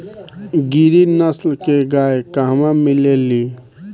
गिरी नस्ल के गाय कहवा मिले लि?